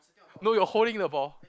no you're holding the ball